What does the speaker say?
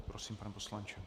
Prosím, pane poslanče.